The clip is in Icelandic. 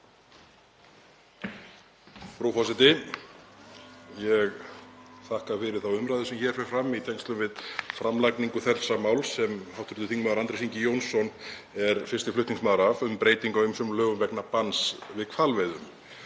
Frú forseti. Ég þakka fyrir þá umræðu sem hér fer fram í tengslum við framlagningu þessa máls sem hv. þm. Andrés Ingi Jónsson er fyrsti flutningsmaður að, um breytingu á ýmsum lögum vegna banns við hvalveiðum.